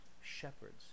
shepherds